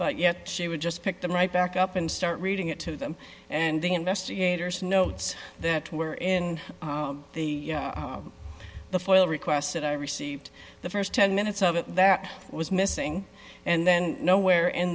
but yet she would just pick them right back up and start reading it to them and the investigators notes that were in the foil request that i received the st ten minutes of it that was missing and then nowhere in